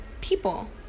people